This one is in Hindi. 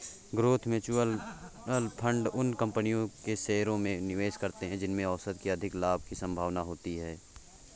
ग्रोथ म्यूचुअल फंड उन कंपनियों के शेयरों में निवेश करते हैं जिनमें औसत से अधिक लाभ की संभावना होती है